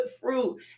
fruit